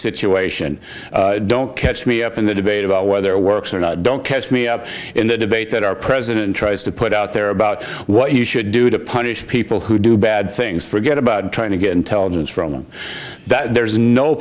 situation don't catch me up in the debate about whether it works or not don't catch me up in the debate that our president tries to put out there about what you should do to punish people who do bad things forget about trying to get intelligence from them that there's no